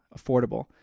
affordable